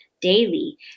daily